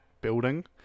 building